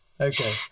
okay